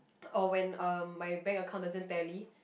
or when uh my bank account doesn't tally